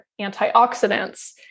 antioxidants